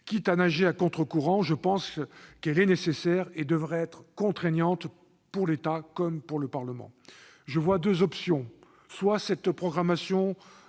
Quitte à nager à contre-courant, je pense qu'elle est nécessaire et devrait être contraignante pour l'État comme pour le Parlement. Je vois deux options : soit cette programmation